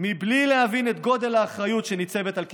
בלי להבין את גודל האחריות שניצבת על כתפיכם.